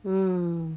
mm